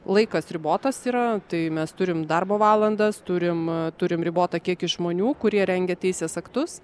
laikas ribotas yra tai mes turim darbo valandas turim turim ribotą kiekį žmonių kurie rengia teisės aktus